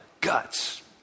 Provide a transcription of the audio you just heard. guts